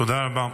תודה רבה.